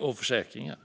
och försäkringar.